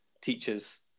teachers